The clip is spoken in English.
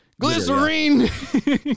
glycerine